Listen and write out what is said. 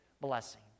blessing